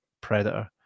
Predator